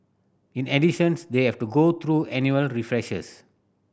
in additions they have to go through annual refreshers